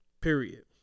Period